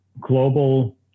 global